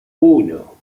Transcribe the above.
uno